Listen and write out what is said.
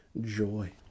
joy